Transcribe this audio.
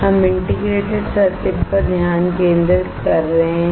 हम integrated circuit पर ध्यान केंद्रित कर रहे हैं